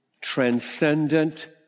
transcendent